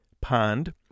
pond